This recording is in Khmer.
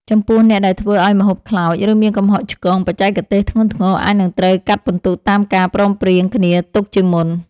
ចំពោះអ្នកដែលធ្វើឱ្យម្ហូបខ្លោច ឬមានកំហុសឆ្គងបច្ចេកទេសធ្ងន់ធ្ងរ អាចនឹងត្រូវកាត់ពិន្ទុតាមការព្រមព្រៀងគ្នាទុកជាមុន។